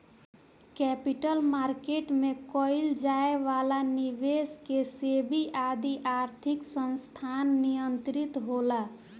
capital market में कईल जाए वाला निबेस के सेबी आदि आर्थिक संस्थान नियंत्रित होला